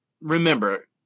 remember